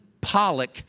Pollock